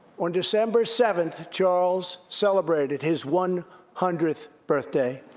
on december seventh, charles celebrated his one hundredth birthday.